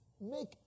Make